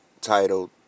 titled